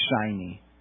shiny